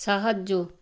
সাহায্য